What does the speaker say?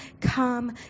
come